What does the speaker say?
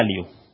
value